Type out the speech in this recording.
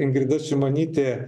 ingrida šimonytė